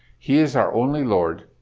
he is our only lord,